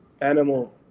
Animal